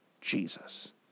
Jesus